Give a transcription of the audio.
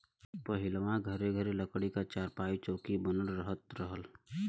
पहिलवां घरे घरे लकड़ी क चारपाई, चौकी बनल करत रहल